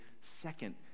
second